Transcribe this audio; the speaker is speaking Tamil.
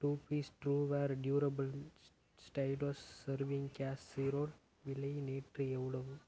டூ பீஸ் ட்ரூவேர் டியூரபிள் ஸ்டைடோஸ் சர்விங் கேஸ்ஸிரோல் விலை நேற்று எவ்ளோவு